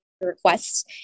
requests